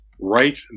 right